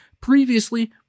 previously